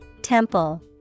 temple